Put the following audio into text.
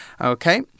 Okay